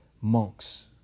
monks